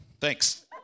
Thanks